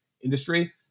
industry